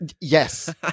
Yes